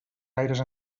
gaires